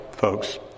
folks